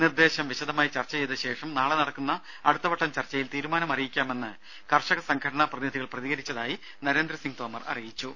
നിർദ്ദേശം വിശദമായി ചർച്ച ചെയ്ത ശേഷം നാളെ നടക്കുന്ന അടുത്തവട്ടം ചർച്ചയിൽ തീരുമാനം അറിയിക്കാമെന്ന് കർഷക സംഘടനാ പ്രതിനിധികൾ പ്രതികരിച്ചതായും നരേന്ദ്രസിംഗ് തോമർ പറഞ്ഞു